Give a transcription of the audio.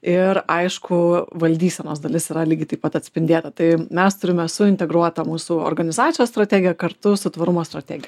ir aišku valdysenos dalis yra lygiai taip pat atspindėta tai mes turime suintegruotą mūsų organizacijos strategiją kartu su tvarumo strategija